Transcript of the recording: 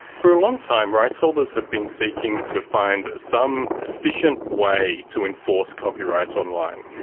for a long time, rights holders have been seeking to find some efficient way to enforce copyright online.